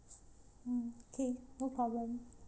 mm okay no problem